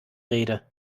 rede